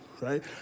right